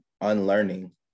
unlearning